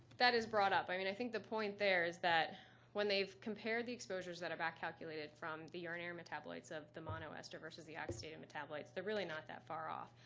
that is brought up. i mean i think the point there is that when they've compared the exposures that are back-calculated from the urinary metabolites of the monoester versus the oxidated metabolites, they're really not that far off.